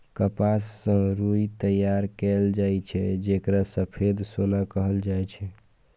कपास सं रुई तैयार कैल जाए छै, जेकरा सफेद सोना कहल जाए छै